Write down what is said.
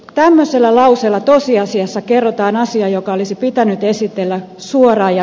tämmöisellä lauseella tosiasiassa kerrotaan asia joka olisi pitänyt esitellä suoraan